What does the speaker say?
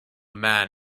man